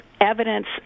evidence